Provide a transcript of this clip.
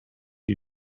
you